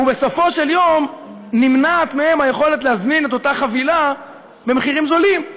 ובספו של דבר נמנעת מהם היכולת להזמין את אותה חבילה במחירים זולים.